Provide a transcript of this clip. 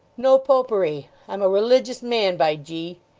no popery! i'm a religious man, by g